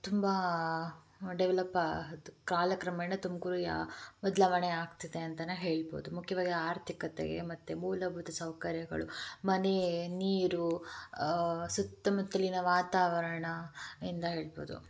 ತುಂಬ ಡೆವಲಪ್ ಕಾಲಕ್ರಮೇಣ ತುಮಕೂರು ಯಾ ಬದಲಾವಣೆ ಆಗ್ತಿದೆ ಅಂತಲೇ ಹೇಳ್ಬೋದು ಮುಖ್ಯವಾಗಿ ಆರ್ಥಿಕತೆಗೆ ಮತ್ತೆ ಮೂಲಭೂತ ಸೌಕರ್ಯಗಳು ಮನೆ ನೀರು ಸುತ್ತಮುತ್ತಲಿನ ವಾತಾವರಣ ಇಂದ ಹೇಳ್ಬೋದು